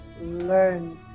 learn